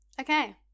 okay